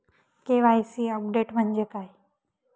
KYC update म्हणजे काय?